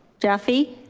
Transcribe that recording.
jaffe.